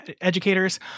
educators